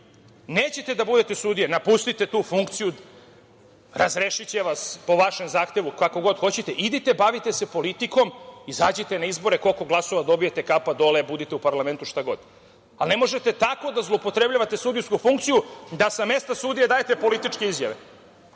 Nećete da budete sudije? Napustite tu funkciju, razrešiće vas po vašem zahtevu, kako god hoćete, idite bavite se politikom, izađite na izbore. Koliko glasova dobijete – kapa dole, budite u parlamentu, šta god. Ne možete tako da zloupotrebljavate sudijsku funkciju da sa mesta sudije dajete političke izjave.